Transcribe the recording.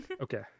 Okay